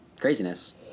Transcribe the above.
craziness